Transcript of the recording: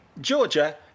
Georgia